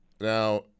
Now